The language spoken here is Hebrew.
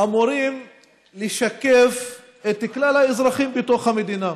אמורים לשקף את כלל האזרחים בתוך המדינה.